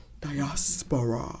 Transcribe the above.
Diaspora